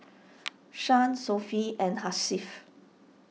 Shah Sofea and Hasif